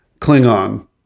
Klingon